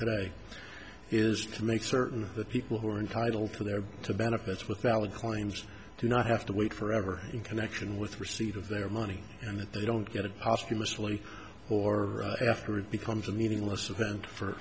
today is to make certain that people who are entitled to their to benefits with alec claims do not have to wait forever in connection with receipt of their money and that they don't get a particular silly or after it becomes a meaningless event for